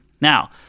Now